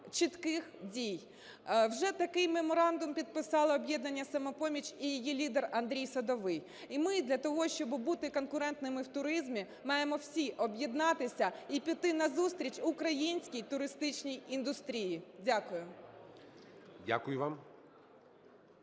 чітких дій. Вже такий меморандум підписало "Об'єднання "Самопоміч" і її лідер Андрій Садовий. І ми для того, щоб бути конкурентними в туризмі, маємо всі об'єднатися і піти назустріч українській туристичній індустрії. Дякую. ГОЛОВУЮЧИЙ.